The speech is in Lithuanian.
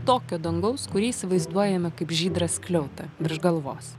tokio dangaus kurį įsivaizduojame kaip žydrą skliautą virš galvos